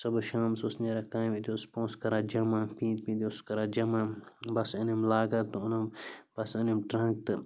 صُبُح شامَس اوسُس نیران کامہِ أتی اوسُس پونٛسہٕ کران جَمع پیٖنٛتہِ پیٖنتہِ اوسُس کران جَمع بَس أنِم لاکَر تہٕ اوٚنُم بَس أنِم ٹرنٛک تہٕ